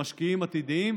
למשקיעים עתידיים.